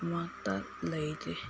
ꯑꯃꯠꯇ ꯂꯩꯇꯦ